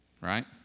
Right